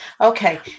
Okay